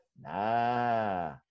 Nah